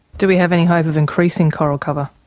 do we have any hope of increasing coral cover?